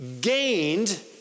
gained